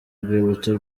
urwibutso